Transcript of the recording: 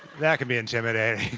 that can be intimidating.